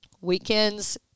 Weekends